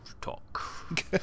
talk